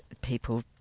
people